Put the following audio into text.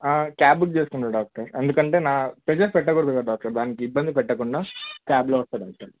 cab book చేసుకున్న doctor ఎందుకంటే నా ప్రెషర్ పెట్టకూడదు కదా డాక్టర్ దానికి ఇబ్బంది పెట్టకుండా క్యాబ్లో వస్తాను సార్